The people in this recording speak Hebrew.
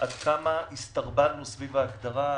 עד כמה הסתרבלנו סביב ההגדרה.